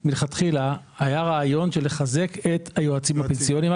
הזאת מלכתחילה היה רעיון לחזק את היועצים הפנסיוניים.